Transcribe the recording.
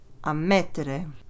Ammettere